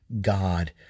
God